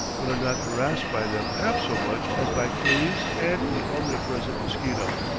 but are not harassed by them half so much as by fleas and the omnipresent mosquito.